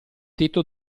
tetto